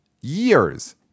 years